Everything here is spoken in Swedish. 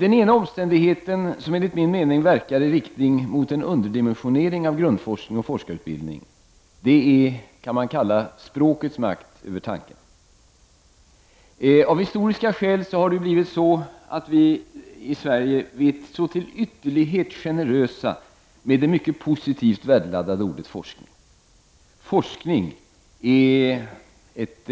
Den ena omständigheten som enligt min mening verkar i riktning mot en underdimensionering av grundforskning och forskarutbildning är språkets makt över tanken. Av historiska skäl har vi i Sverige varit till ytterlighet generösa med det mycket positivt värdeladdade ordet forskning. Forskning är ett